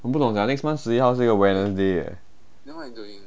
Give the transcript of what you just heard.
我不懂 sia next month 十一号是一个 wednesday leh